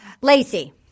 Lacey